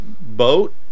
boat